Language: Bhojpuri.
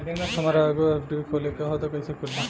हमरा एगो एफ.डी खोले के हवे त कैसे खुली?